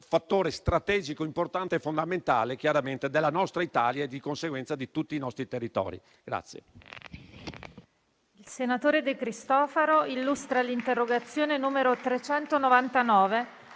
fattore strategico, importante e fondamentale della nostra Italia e, di conseguenza, di tutti i nostri territori.